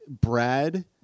Brad